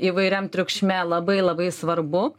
įvairiam triukšme labai labai svarbu